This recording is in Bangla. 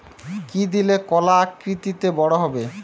কি দিলে কলা আকৃতিতে বড় হবে?